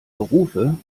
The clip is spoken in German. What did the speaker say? berufe